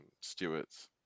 Stewarts